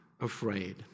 afraid